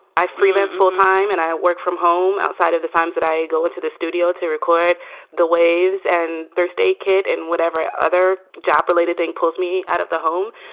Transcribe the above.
i freelance full time. and i work from home outside of the signs that i go into the studio to record the waves. and thursday, kid and whatever other job related thing pulls me out of the home.